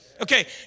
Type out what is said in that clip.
Okay